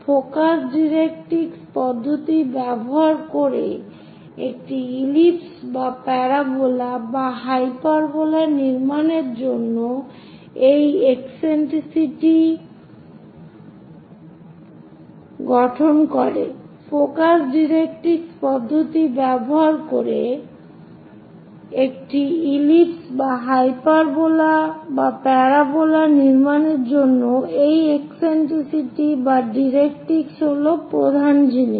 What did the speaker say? focus directrix পদ্ধতি ব্যবহার করে একটি ইলিপস বা প্যারাবোলা বা হাইপারবোলা নির্মাণের জন্য এই একসেন্ট্রিসিটি এবং ডাইরেক্ট্রিক্স হল প্রধান জিনিস